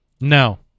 No